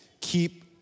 keep